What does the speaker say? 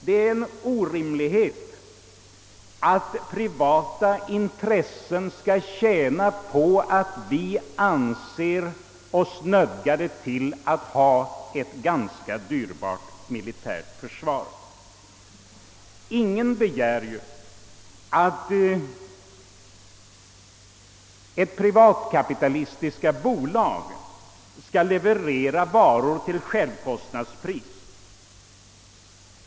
Det är en orimlighet att privata intressen skall tjäna på att vi här i landet anser oss nödsakade att ha ett ganska dyrbart försvar. Ingen begär ju att ett privatkapitalistiskt bolag skall leverera varor till självkostnadspris.